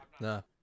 No